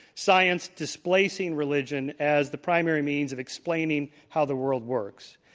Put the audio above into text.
science displacing religion as the primary means of explaining how the world works,